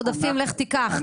עודפים לך תיקח.